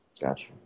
Gotcha